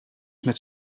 met